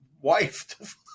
wife